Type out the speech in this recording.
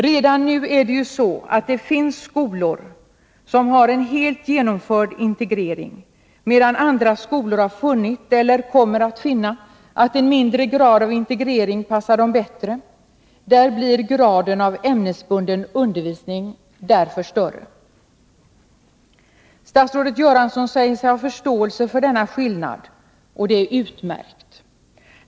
Redan nu finns det skolor som har en helt genomförd integrering, medan andra skolor har funnit eller kommer att finna att en mindre grad av integrering passar dem bättre. I dessa skolor blir således graden av ämnesbunden undervisning större. Statsrådet Göransson säger sig ha förståelse för denna skillnad. Det är utmärkt.